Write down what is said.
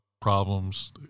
problems